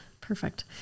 perfect